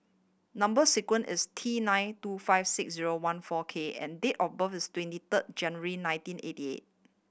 number sequence is T nine two five six zero one four K and date of birth is twenty third January nineteen eighty eight